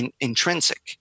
intrinsic